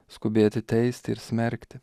skubėti teisti ir smerkti